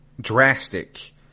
drastic